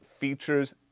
features